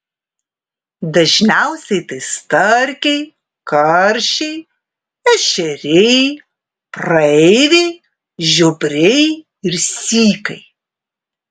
dažniausiai tai starkiai karšiai ešeriai praeiviai žiobriai ir sykai